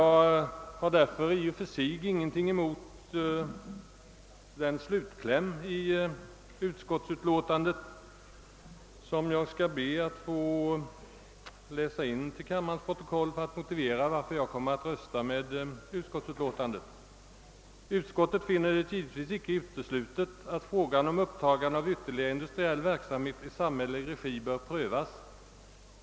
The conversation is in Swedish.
Jag har därför i och för sig inget emot slutklämmen i utlåtandet, som jag skall be att få läsa in till kammarens protokoll för att motivera varför jag kommer att rösta för utskottets hemställan. Det heter på följande sätt: »Utskottet finner det givetvis inte uteslutet att frågan om upptagande av ytterligare industriell verksamhet i samhällelig regi bör prövas.